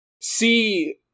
See